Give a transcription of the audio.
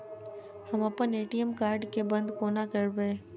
हम अप्पन ATM card केँ बंद कोना करेबै?